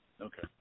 Okay